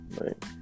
Right